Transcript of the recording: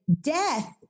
death